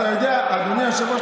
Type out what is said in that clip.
אדוני היושב-ראש,